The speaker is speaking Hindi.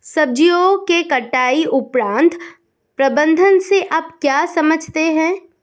सब्जियों के कटाई उपरांत प्रबंधन से आप क्या समझते हैं?